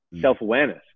Self-awareness